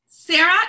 Sarah